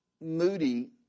Moody